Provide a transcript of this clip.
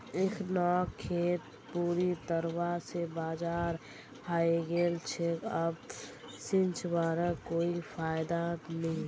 इखनोक खेत पूरी तरवा से बंजर हइ गेल छेक अब सींचवारो कोई फायदा नी